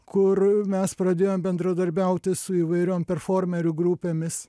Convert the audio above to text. kur mes pradėjom bendradarbiauti su įvairiom performerių grupėmis